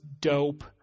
dope